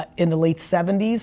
ah in the late seventy s.